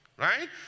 right